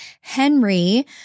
henry